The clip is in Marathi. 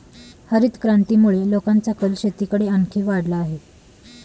हरितक्रांतीमुळे लोकांचा कल शेतीकडे आणखी वाढला आहे